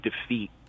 defeat